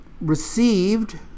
received